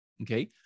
Okay